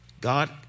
God